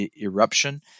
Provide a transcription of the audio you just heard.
eruption